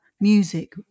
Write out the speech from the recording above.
music